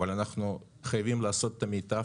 אבל אנחנו חייבים לעשות את המיטב,